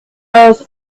earth